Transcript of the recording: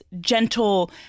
gentle